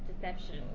deception